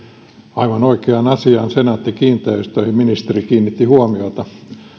aivan oikeaan asiaan senaatti kiinteistöihin ministeri kiinnitti huomiota yhtiö